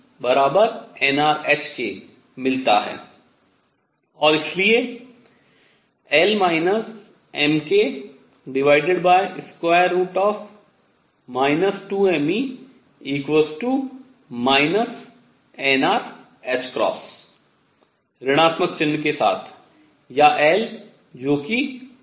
और इसलिए L mk 2mE nr ऋणात्मक चिह्न के साथ या L जो कि m है